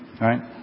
right